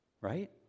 right